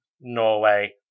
Norway